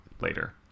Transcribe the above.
later